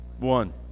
One